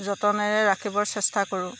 যতনেৰে ৰাখিবৰ চেষ্টা কৰোঁ